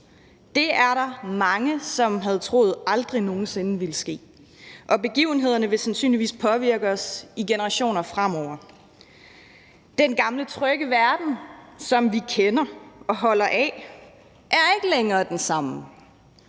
Det er der mange som havde troet aldrig nogen sinde ville ske, og begivenhederne vil sandsynligvis påvirke os i generationer fremover. Den gamle trygge verden, som vi kender og holder af, er ikke længere den samme,